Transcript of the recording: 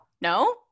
no